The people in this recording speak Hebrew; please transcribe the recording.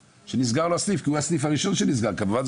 שנסגר לו הסניף כי הוא הסניף הראשון שנסגר כמובן,